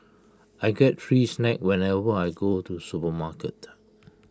I get free snacks whenever I go to the supermarket